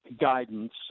guidance